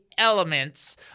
elements